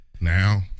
now